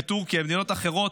בטורקיה ובמדינות אחרות,